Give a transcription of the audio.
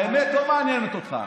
האמת לא מעניינת אותך.